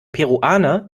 peruaner